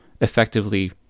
effectively